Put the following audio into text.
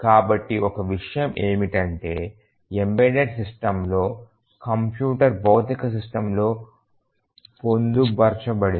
కాబట్టి ఒక విషయం ఏమిటంటే ఎంబెడెడ్ సిస్టమ్ లో కంప్యూటర్ భౌతిక సిస్టమ్ లో పొందుపరచబడింది